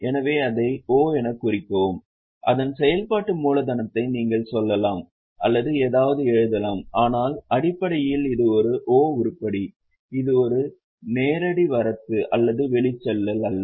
எனவே அதை 'o' எனக் குறிக்கவும் அதன் செயல்பாட்டு மூலதனத்தை நீங்கள் சொல்லலாம் அல்லது ஏதாவது எழுதலாம் ஆனால் அடிப்படையில் இது ஒரு 'o' உருப்படி இது ஒரு நேரடி வரத்து அல்லது வெளிச்செல்லல் அல்ல